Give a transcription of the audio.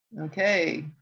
Okay